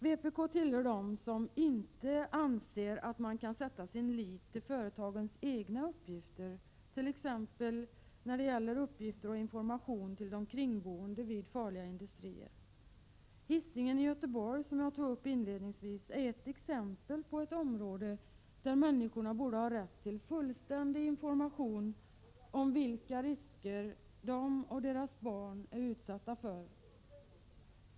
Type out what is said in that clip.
Vpk tillhör dem som inte anser att man kan sätta sin lit till företagens egna uppgifter när dett.ex. gäller att informera dem som bor intill farliga industrier. Hisingen i Göteborg, som jag tog upp inledningsvis, är ett exempel på ett område där människorna borde ha rätt till fullständig information om vilka risker de och deras barn är utsatta för.